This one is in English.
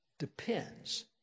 depends